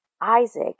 Isaac